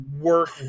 work